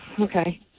okay